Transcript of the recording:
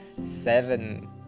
seven